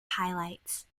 highlights